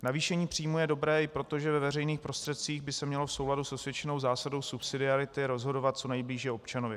Navýšení příjmů je dobré i proto, že ve veřejných prostředcích by se mělo v souladu s osvědčenou zásadou subsidiarity rozhodovat co nejblíže občanovi.